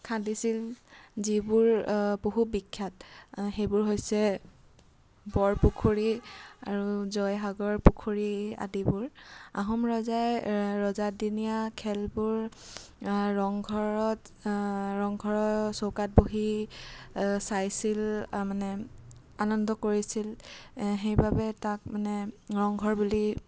খান্দিছিল যিবোৰ বহু বিখ্যাত সেইবোৰ হৈছে বৰপুখুৰী আৰু জয়সাগৰ পুখুৰী আদিবোৰ আহোম ৰজাই ৰজাদিনীয়া খেলবোৰ ৰংঘৰত ৰংঘৰৰ চৌকাত বহি চাইছিল মানে আনন্দ কৰিছিল সেইবাবে তাক মানে ৰংঘৰ বুলি